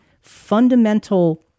fundamental